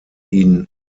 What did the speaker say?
ihn